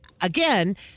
again